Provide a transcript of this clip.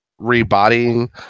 rebodying